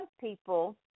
people